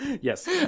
Yes